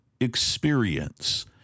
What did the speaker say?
experience